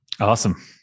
Awesome